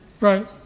Right